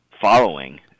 following